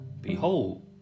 behold